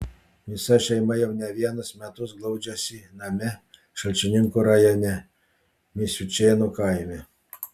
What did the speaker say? visa šeima jau ne vienus metus glaudžiasi name šalčininkų rajone misiučėnų kaime